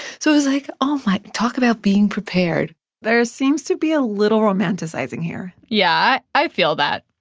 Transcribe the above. so it was like, oh, my talk about being prepared there seems to be a little romanticizing here yeah, i feel that.